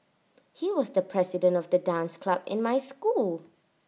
he was the president of the dance club in my school